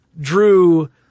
drew